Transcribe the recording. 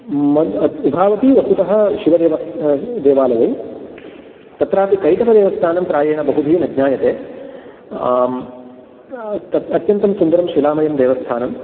उभावपि वस्तुतः शिव देवालयौ तत्रापि कैटभदेवस्तानं प्रायेण बहुभिः न ज्ञायते तत् अत्यन्तं सुन्दरं शिलामयं देवस्थानम्